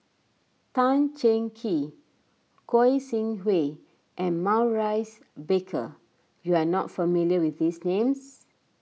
Tan Cheng Kee Goi Seng Hui and Maurice Baker you are not familiar with these names